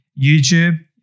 YouTube